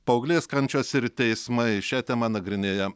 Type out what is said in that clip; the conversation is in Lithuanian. paauglės kančios ir teismai šią temą nagrinėja